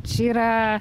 čia yra